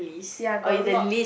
ya got a lot